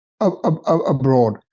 abroad